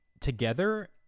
together